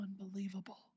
unbelievable